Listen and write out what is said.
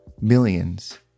millions